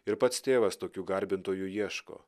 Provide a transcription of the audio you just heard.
ir pats tėvas tokių garbintojų ieško